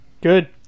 Good